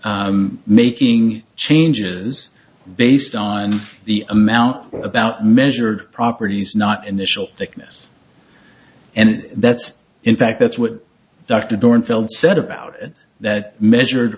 making changes based on the amount about measured properties not initial thickness and that's in fact that's what dr dorn filled said about it that measured